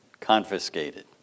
confiscated